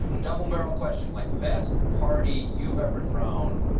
double-bareilles question. like, best party you've ever thrown,